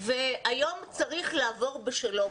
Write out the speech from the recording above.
והיום צריך לעבור בשלום,